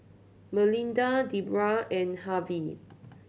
Melinda Debrah and Harvy